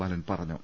ബാലൻ പറഞ്ഞു